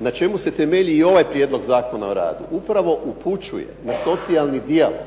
na čemu se temelji i ovaj prijedlog Zakona o radu, upravo upućuje na socijalni dijalekt,